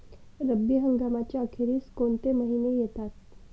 रब्बी हंगामाच्या अखेरीस कोणते महिने येतात?